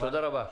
תודה רבה.